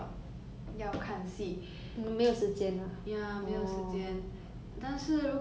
但是如果我看我有看好像刚才我说的那个 lucifer